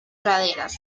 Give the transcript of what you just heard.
praderas